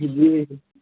जी